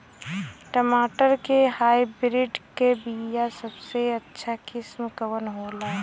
टमाटर के हाइब्रिड क बीया सबसे अच्छा किस्म कवन होला?